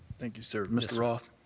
thank you, sir. mr. roth.